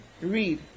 Read